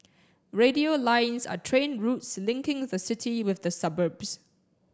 radial lines are train routes linking the city with the suburbs